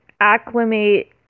acclimate